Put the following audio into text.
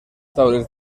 taules